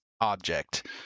object